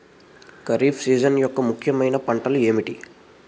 Kharif season యెక్క ముఖ్యమైన పంటలు ఏమిటీ?